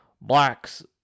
blacks